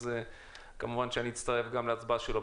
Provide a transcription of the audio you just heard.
אז כמובן שאני אצטרף גם להצבעה שלו.